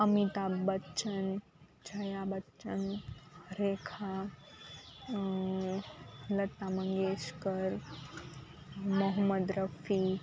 Amitabh Bachchan Jaya Bachchan Rekha Lata Mangeshkar Mohammed Rafi